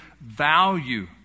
value